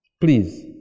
Please